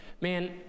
Man